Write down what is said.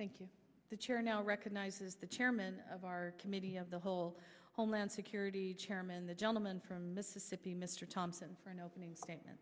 thank you the chair now recognizes the chairman of our committee of the whole homeland security chairman the gentleman from mississippi mr thompson for an opening statement